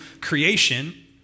creation